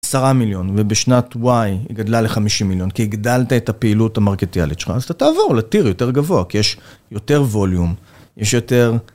10 מיליון, ובשנת Y היא גדלה ל-50 מיליון כי הגדלת את הפעילות המרקטיאלית שלך, אז אתה תעבור לטיר יותר גבוה, כי יש יותר ווליום, יש יותר...